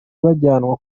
bajyanwa